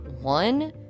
one